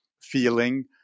feeling